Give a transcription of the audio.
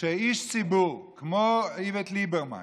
שאיש ציבור כמו איווט ליברמן